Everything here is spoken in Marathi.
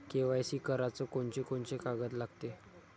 के.वाय.सी कराच कोनचे कोनचे कागद लागते?